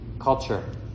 culture